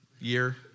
year